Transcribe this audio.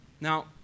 Now